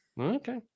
Okay